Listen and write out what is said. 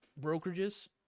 brokerages